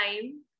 time